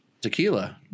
tequila